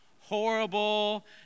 horrible